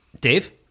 Dave